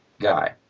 guy